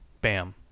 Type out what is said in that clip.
Bam